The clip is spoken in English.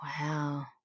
wow